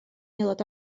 aelod